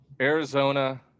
Arizona